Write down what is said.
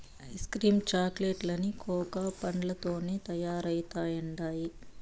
ice cream chocolate లన్నీ cocoa పండ్లతోనే తయారైతండాయి